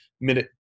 minute